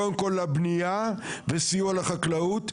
קודם כל לבנייה וסיוע לחקלאות,